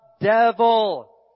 devil